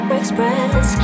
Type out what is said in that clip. express